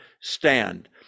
stand